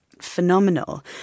phenomenal